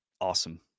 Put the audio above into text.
Awesome